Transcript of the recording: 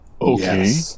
Okay